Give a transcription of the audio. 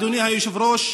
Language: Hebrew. אדוני היושב-ראש,